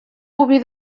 boví